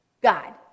God